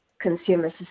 consumer